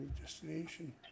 destination